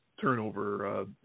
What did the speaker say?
turnover